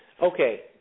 Okay